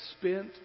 spent